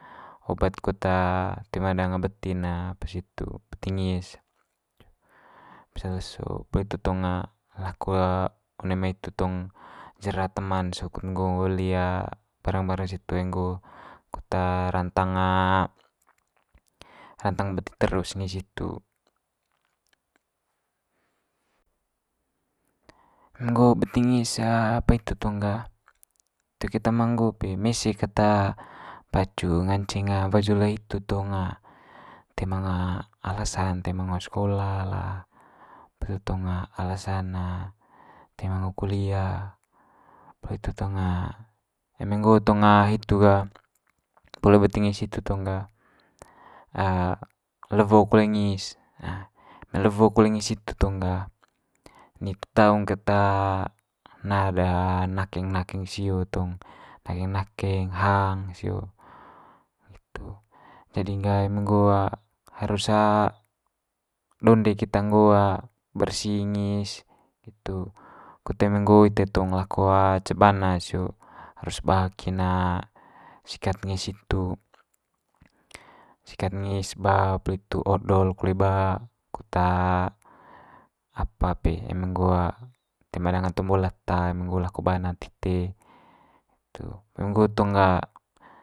Obat kut toe ma danga beti'n apa situ beti ngis pisa leso. Poli hitu tong laku one mai itu tong jera teman sio kut nggo weli barang barang situ ai nggo kut rantang rantang beti terus ngis hitu. Eme nggo beti ngis apa itu tong gah toe keta ma nggo pe mese ket pacu, nganceng wajul le hitu tong toe manga alasan toe manga ngo sekola lah, poli itu tong alasan toe ma ngo kulia, poli hitu tong eme nggo tong hitu kole beti ngis hitu tong ga lewo kole ngis. Eme lewo kole ngis itu tong ga, nitu taung kat na'd nakeng nakeng sio tong, nakeng nakeng hang sio, nggitu. Jadi'n ga eme nggo harus donde keta nggo bersi ngis, nggitu. Kut eme nggo ite tong lako cebana sio harus ba kin sikat ngis hitu. sikat ngis ba poli itu odol kole ba kut apa pe eme nggo toe ma danga tombo lata eme nggo lako bana tite, itu. Eme nggo tong ga.